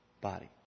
body